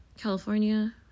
California